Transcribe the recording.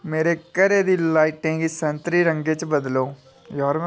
मेरे घरै दियें लाइटें गी सैंतरी रंगै च बदलो